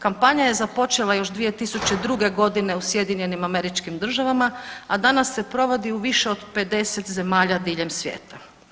Kampanja je započela još 2002. godine u SAD-u, a danas se provodi u više od 50 zemalja diljem svijeta.